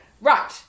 right